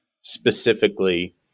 specifically